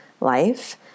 life